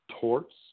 torts